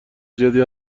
زیادی